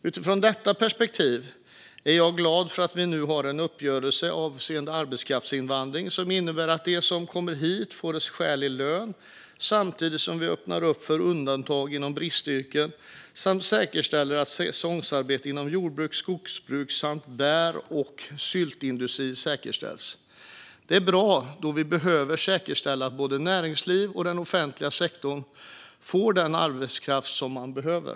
Utifrån detta perspektiv är jag glad för att vi nu har en uppgörelse avseende arbetskraftsinvandring som innebär att de som kommer hit får skälig lön samtidigt som vi öppnar för undantag inom bristyrken samt säkerställer att säsongsarbete inom jord och skogsbruket samt bär och syltindustrin säkerställs. Det är bra, då vi behöver säkerställa att både näringslivet och den offentliga sektorn får den arbetskraft som man behöver.